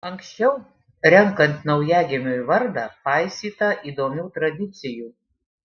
anksčiau renkant naujagimiui vardą paisyta įdomių tradicijų